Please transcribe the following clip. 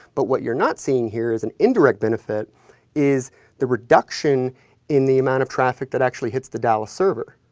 but what you're not seen here is an indirect benefit is the reduction in the amount of traffic that actually hits the dallas server.